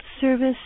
service